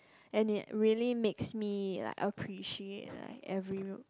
and it really makes me like appreciate like every